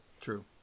true